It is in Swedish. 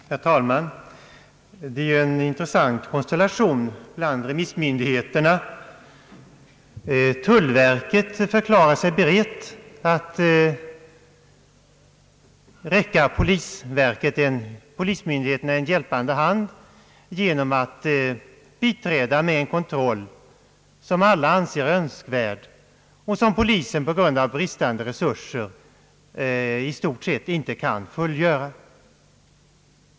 Herr talman! Det föreligger här en intressant konstellation bland remissmyndigheterna. Tullverket förklarar sig berett att räcka polismyndigheterna en hjälpande hand genom att biträda med en kontroll, som alla anser önskvärd och som polisen på grund av bristande resurser i stort sett inte kan fullgöra.